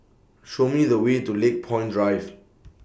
Show Me The Way to Lakepoint Drive